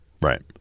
Right